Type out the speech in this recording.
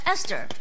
Esther